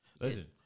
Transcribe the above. listen